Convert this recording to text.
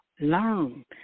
Learn